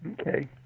Okay